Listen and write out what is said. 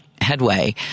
Headway